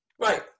Right